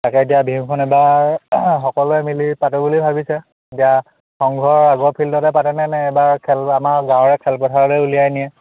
তাকে এতিয়া বিহুখন এইবাৰ সকলোৱে মিলি পাতো বুলি ভাবিছে এতিয়া সংঘৰ আগৰ ফিল্ডতে পাতেনে নে এইবাৰ খেল আমাৰ গাঁৱৰে খেলপথাৰলৈ উলিয়াই নিয়ে